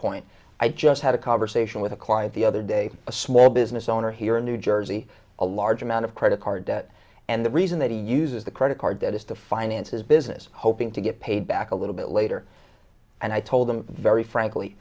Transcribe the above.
point i just had a conversation with a quiet the other day a small business owner here in new jersey a large amount of credit card debt and the reason that he uses the credit card debt is to finance his business hoping to get paid back a little bit later and i told him very frankly